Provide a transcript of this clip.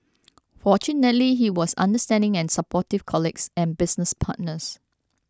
fortunately he was understanding and supportive colleagues and business partners